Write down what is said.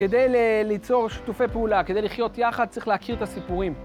כדי ליצור שותופי פעולה, כדי לחיות יחד, צריך להכיר את הסיפורים.